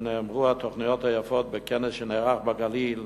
שנאמרו בכנס שנערך בגליל,